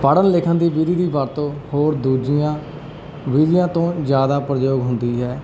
ਪੜ੍ਹਨ ਲਿਖਣ ਦੀ ਵਿਧੀ ਦੀ ਵਰਤੋਂ ਹੋਰ ਦੂਜੀਆਂ ਵਿਧੀਆਂ ਤੋਂ ਜ਼ਿਆਦਾ ਪ੍ਰਯੋਗ ਹੁੰਦੀ ਹੈ